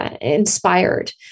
inspired